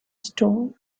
stone